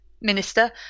minister